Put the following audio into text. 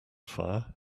fire